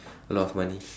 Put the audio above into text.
a lot of money